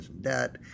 debt